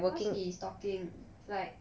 cause he's talking like